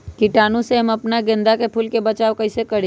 कीटाणु से हम अपना गेंदा फूल के बचाओ कई से करी?